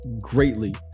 greatly